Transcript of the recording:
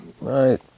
Right